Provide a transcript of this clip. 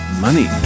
money